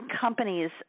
companies